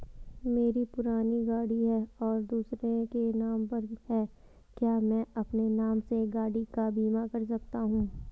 मेरी पुरानी गाड़ी है और दूसरे के नाम पर है क्या मैं अपने नाम से गाड़ी का बीमा कर सकता हूँ?